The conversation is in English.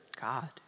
God